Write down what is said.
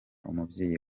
umubyeyi